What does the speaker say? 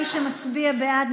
מי שמצביע בעד,